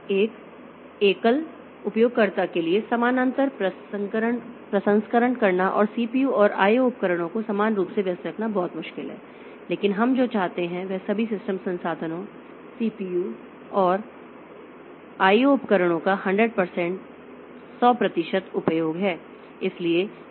एक एकल उपयोगकर्ता के लिए समानांतर प्रसंस्करण करना और सीपीयू और आईओ उपकरणों को समान रूप से व्यस्त रखना बहुत मुश्किल है लेकिन हम जो चाहते हैं वह सभी सिस्टम संसाधनों सीपीयू और आईओ उपकरणों का 100 प्रतिशत उपयोग है